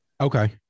Okay